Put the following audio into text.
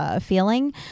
feeling